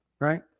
right